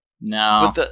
No